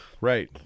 right